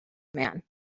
man